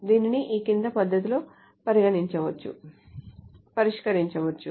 దీనిని ఈ క్రింది పద్ధతిలో పరిష్కరించవచ్చు